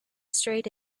straight